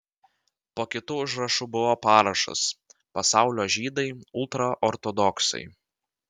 po kitu užrašu buvo parašas pasaulio žydai ultraortodoksai